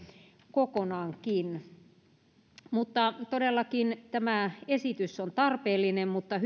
kokonaankin todellakin tämä esitys on tarpeellinen mutta